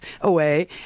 away